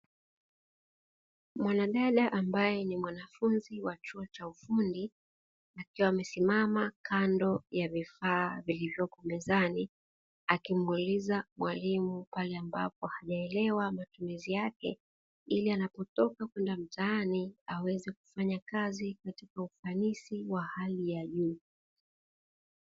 Mwanadada ambaye ni mwanafunzi wa chuo cha ufundi, akiwa amesimama kando ya vifaa vilivyoko mezani akimuuliza mwalimu pale ambapo hajaelewa matumizi yake, ili anapotoka kwenda mtaani aweze kufanya kazi kwa ufanisi wa hali ya juu.